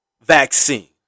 vaccine